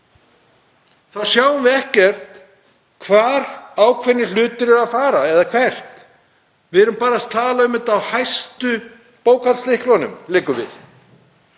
þá sjáum við ekkert hvert ákveðnir hlutir eru að fara. Við erum bara að tala um þetta á hæstu bókhaldslyklunum, liggur við.